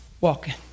walking